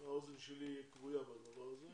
האוזן שלי כבויה בדבר הזה.